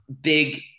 big